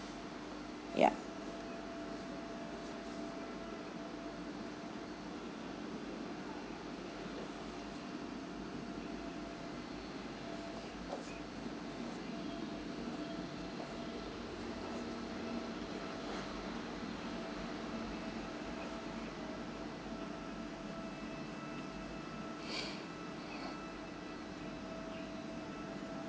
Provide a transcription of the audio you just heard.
yup